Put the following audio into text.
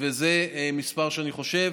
זה מספר שאני חושב,